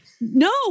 No